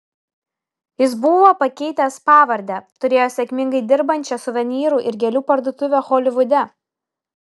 jis buvo pakeitęs pavardę turėjo sėkmingai dirbančią suvenyrų ir gėlių parduotuvę holivude